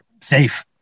safe